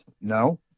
no